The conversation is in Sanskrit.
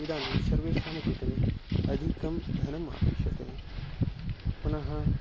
इदानीं सर्वेषां कृते अधिकं धनम् अपेक्षते पुनः